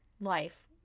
life